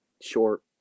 short